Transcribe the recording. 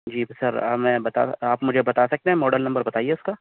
جی sir آ میں بتا آپ مجھے بتا سکتے ہیں ماڈل نمبر بتائیے اس کا